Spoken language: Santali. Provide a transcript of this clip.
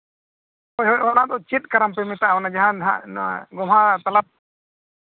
ᱦᱳᱭ ᱦᱳᱭ ᱚᱱᱟᱫᱚ ᱪᱮᱫ ᱠᱟᱨᱟᱢ ᱯᱮ ᱢᱮᱛᱟᱜ ᱱᱟᱦᱟᱜ ᱚᱱᱟ ᱡᱟᱦᱟᱸ ᱫᱚ ᱱᱟᱦᱟᱜ ᱱᱚᱣᱟ ᱜᱚᱢᱦᱟ ᱛᱟᱞᱟ